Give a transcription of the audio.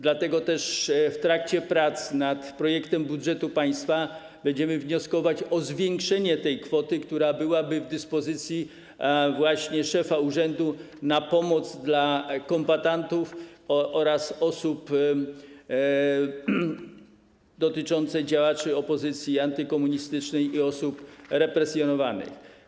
Dlatego też w trakcie prac nad projektem budżetu państwa będziemy wnioskować o zwiększenie tej kwoty, która byłaby w dyspozycji szefa urzędu, na pomoc dla kombatantów oraz działaczy opozycji antykomunistycznej i osób represjonowanych.